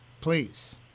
please